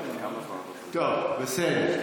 טוב, בסדר.